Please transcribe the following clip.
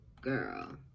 girl